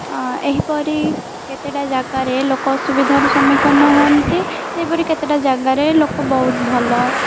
ଏହିପରି କେତେଟା ଜାଗାରେ ଲୋକ ଅସୁବିଧାର ସମ୍ମୁଖୀନ ହୁଅନ୍ତି ସେହିପରି କେତେଟା ଜାଗାରେ ଲୋକ ବହୁତ ଭଲ